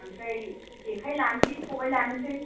आमफ्राय जेखाइ लानोसै ख'बाइ लानोसै